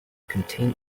contained